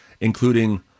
including